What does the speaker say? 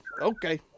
Okay